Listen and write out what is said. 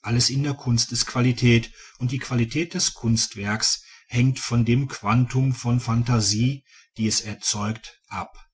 alles in der kunst ist qualität und die qualität des kunstwerkes hängt von dem quantum von phantasie die es erzeugte ab